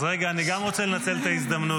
אז רגע, גם אני רוצה לנצל את ההזדמנות.